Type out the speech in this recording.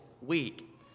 week